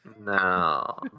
no